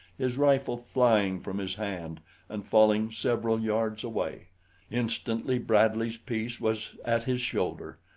his rifle flying from his hand and falling several yards away instantly bradley's piece was at his shoulder,